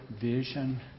vision